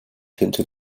tinte